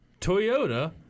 Toyota